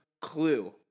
clue